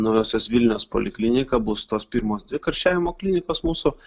naujosios vilnios poliklinika bus tos pirmos dvi karščiavimo klinikos mūsų